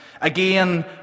Again